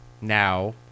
now